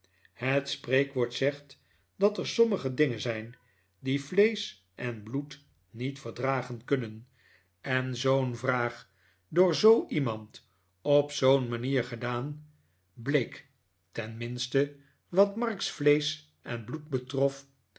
het spreekwoord zegt dat er sommige dingen zijn die vleesch en bloed niet verdragen kunnen en zoo'n vraag door zoo iemand op zoo'n manier gedaan bleek tenminste wat mark's vleesch en bloed betrof